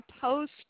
post